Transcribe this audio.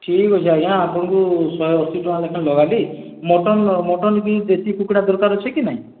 ଠିକ୍ ଅଛି ଆଜ୍ଞା ଆପଣଙ୍କୁ ଶହେ ଅଶୀ ଟଙ୍କା ଲେଖାଁ ଦେବାଲି ମଟନ୍ ମଟନ୍ କି ଦେଶୀ କୁକୁଡ଼ା ଦରକାର ଅଛି କି ନାଇଁ